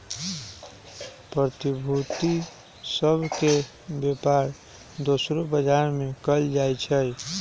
प्रतिभूति सभ के बेपार दोसरो बजार में कएल जाइ छइ